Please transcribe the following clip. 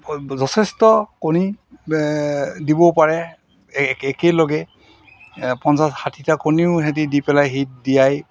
যথেষ্ট কণী দিবও পাৰে এই একেলগে পঞ্চাছ ষাঠিটা কণীও সিহঁতি পেলাই হিট দিয়াই